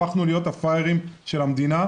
הפכנו להיות הפראיירים של המדינה,